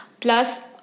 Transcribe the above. plus